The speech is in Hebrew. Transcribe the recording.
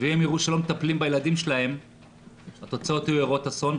ואם הם יראו שלא מטפלים בילדים שלהם התוצאות יהיו הרות אסון,